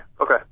Okay